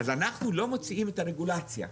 אז אנחנו לא מוציאים את הרגולציה.